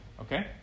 okay